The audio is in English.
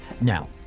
Now